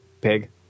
Pig